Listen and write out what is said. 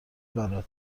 برا